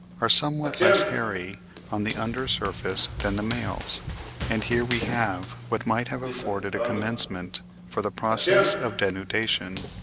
are somewhat less hairy on the under surface than the males and here we have what might have afforded a commencement for the process of denudation.